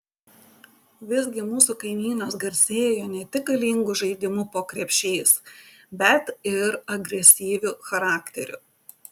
visgi mūsų kaimynas garsėjo ne tik galingu žaidimu po krepšiais bet ir agresyviu charakteriu